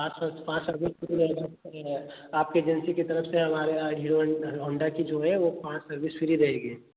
पाँच सर पाँच service free रहेगा ना उसका आपके एजेन्सी की तरफ से हमारे यहाँ हीरो होन्डा होन्डा की जो है वह पाँच सर्विस फ्री रहेगी